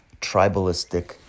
tribalistic